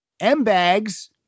M-Bags